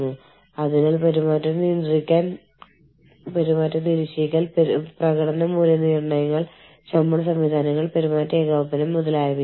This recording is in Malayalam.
നിങ്ങൾ എങ്ങനെ തീരുമാനിക്കും എന്ത് വികേന്ദ്രീകരിക്കണം പ്രാദേശിക ഓഫീസുകൾക്ക് എന്ത് കൈമാറണം കേന്ദ്രീകൃതമായി എന്ത് നിയന്ത്രിക്കണം മുതലായവ